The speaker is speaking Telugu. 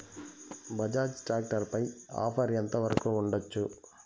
బజాజ్ టాక్టర్ పై ఆఫర్ ఎంత వరకు ఉండచ్చు?